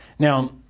Now